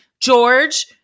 George